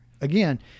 again